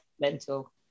mental